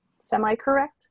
semi-correct